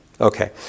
Okay